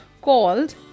called